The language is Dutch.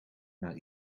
maar